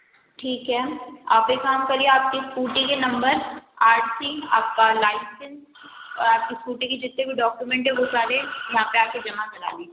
ठीक है आप एक काम करिए आपकी स्कूटी के नंबर आर सी आपका लाइसेंस और आपके स्कूटी के जीतते भी डॉक्यूमेंट हैं वो सारे यहाँ पे आ के जमा करा दीजिए